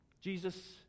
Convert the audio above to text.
Jesus